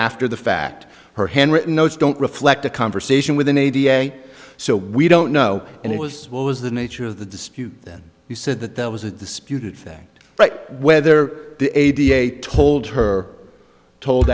after the fact her handwritten notes don't reflect a conversation with an eighty eight so we don't know and it was what was the nature of the dispute then you said that there was a disputed fact right whether a da told her told